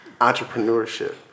entrepreneurship